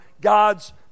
God's